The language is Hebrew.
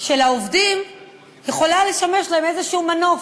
של העובדים יכולה לשמש להם איזה מנוף,